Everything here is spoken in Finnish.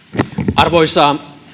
arvoisa